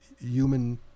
human